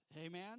Amen